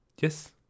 Yes